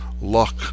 luck